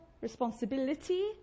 responsibility